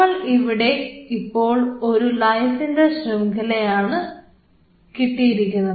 നമുക്ക് ഇവിടെ ഇപ്പോൾ ഒരു ലൈസിന്റെ ശൃംഖലയാണ് കിട്ടിയിരിക്കുന്നത്